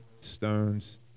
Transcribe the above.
stones